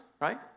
right